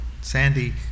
Sandy